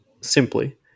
simply